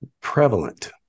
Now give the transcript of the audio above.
prevalent